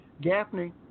Gaffney